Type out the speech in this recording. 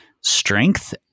strength